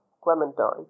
Clementine